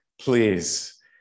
please